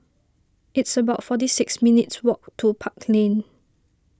it's about forty six minutes' walk to Park Lane